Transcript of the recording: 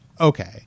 okay